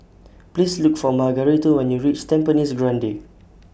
Please Look For Margarito when YOU REACH Tampines Grande